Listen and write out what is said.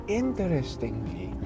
interestingly